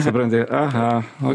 supranti aha o